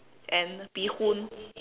and bee hoon